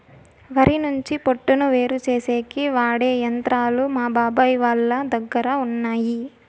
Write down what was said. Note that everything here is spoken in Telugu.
వరి నుంచి పొట్టును వేరుచేసేకి వాడె యంత్రాలు మా బాబాయ్ వాళ్ళ దగ్గర ఉన్నయ్యి